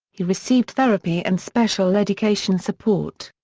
he received therapy and special education support.